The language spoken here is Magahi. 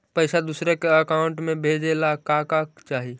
पैसा दूसरा के अकाउंट में भेजे ला का का चाही?